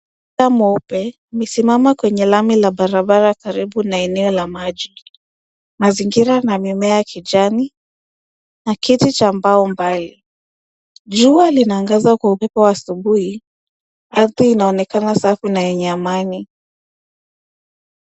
Bata mweupe amesimama kwenye lami la barabara, karibu na eneo la maji. Mazingira na mimea ya kijani na kiti cha mbao mbali. Jua linaangaza kwa upepo wa asubuhi. Ardhi inaonekana safi na yenye amani.